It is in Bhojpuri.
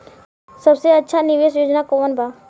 सबसे अच्छा निवेस योजना कोवन बा?